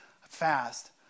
fast